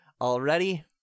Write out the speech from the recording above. already